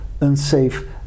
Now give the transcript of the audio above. unsafe